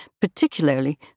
particularly